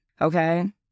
okay